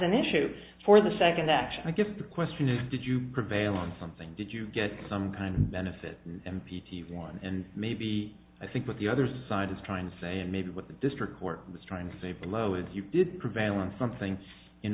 an issue for the second action i guess the question is did you prevail on something did you get some kind of benefit m p t one and maybe i think what the other side is trying to say and maybe what the district court was trying to say below is you did prevail on some things in